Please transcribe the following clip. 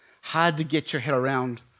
hard-to-get-your-head-around